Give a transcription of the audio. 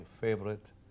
favorite